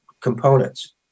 components